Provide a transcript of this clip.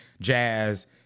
jazz